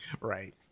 Right